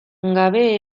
gabe